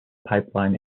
pipeline